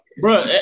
bro